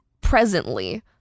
presently